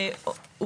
הוא